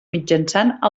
mitjançant